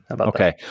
Okay